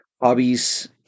hobbies